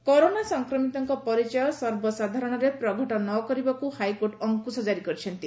corona high court corona ସଂକ୍ରମିତଙ୍କ ପରିଚୟ ସର୍ବସାଧାରଶରେ ପ୍ରଘଟ ନ କରିବାକୁ ହାଇକୋର୍ଚ ଅଙ୍କୁଶ ଜାରି କରିଛନ୍ତି